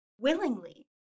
willingly